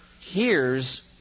hears